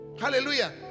hallelujah